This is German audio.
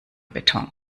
beton